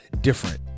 Different